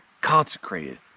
consecrated